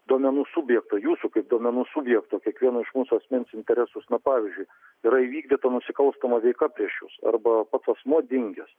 duomenų subjektų jūsų duomenų subjekto kiekvieno iš mūsų asmens interesus na pavyzdžiui yra įvykdyta nusikalstama veika prieš jus arba pats asmuo dingęs